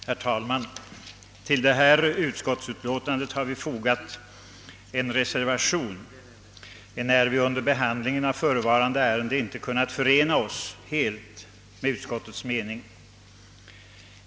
Herr talman! Till detta utlåtande har vi fogat en reservation, enär vi under behandlingen av förevarande ärende inte kunnat ansluta oss helt till utskottets mening.